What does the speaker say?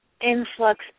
influx